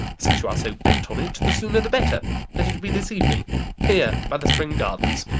since you are so bent on it, the sooner the better let it be this evening here, by the spring gardens.